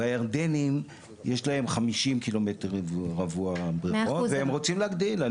והירדנים יש להם 50 קילומטר רבוע בריכות והם רוצים להגדיל.